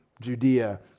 Judea